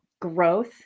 growth